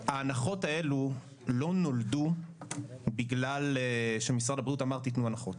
ההנחות האלה לא נולדו בגלל שמשרד הבריאות אמר שייתנו הנחות,